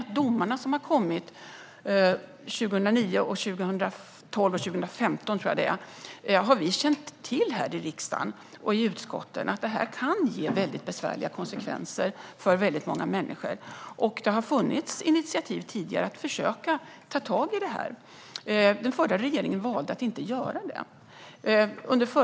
Vi i riksdagen och i utskotten har känt till att domarna som har kommit - 2009, 2012 och 2015, tror jag - kan ge väldigt besvärliga konsekvenser för många människor. Det har tidigare funnits initiativ till att försöka ta tag i detta. Den förra regeringen valde att inte göra det.